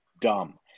dumb